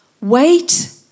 Wait